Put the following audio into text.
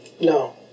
No